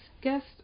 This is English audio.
Guest